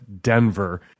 Denver